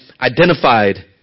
identified